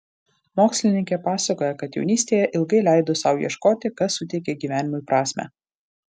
mokslininkė pasakoja kad jaunystėje ilgai leido sau ieškoti kas suteikia gyvenimui prasmę